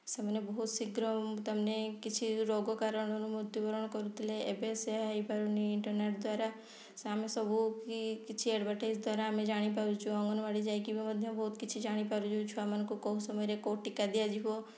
ସେମାନେ ବହୁତ୍ ଶୀଘ୍ର ତନେ କିଛି ରୋଗ କାରଣରୁ ମୃତ୍ୟୁବରଣ କରୁଥିଲେ ଏବେ ସେୟା ହେଇ ପାରୁନି ଇଣ୍ଟର୍ନେଟ୍ ଦ୍ୱାରା ଆମେ ସବୁ କି କିଛି ଆଡ଼ଭର୍ଟାଇଜ୍ ଦ୍ୱାରା ଆମେ ଜାଣି ପାରଛୁ ଅନଙ୍ଗବାଡ଼ି ଯାଇ କି ମଧ୍ୟ ବହୁତ୍ କିଛି ଜାଣି ପାରୁଛୁ ଛୁଆମାନଙ୍କୁ କେଉଁ ସମୟରେ କେଉଁ ଟୀକା ଦିଆଯିବ